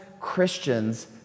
Christians